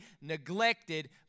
neglected